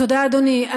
תודה, אדוני.